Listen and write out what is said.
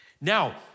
Now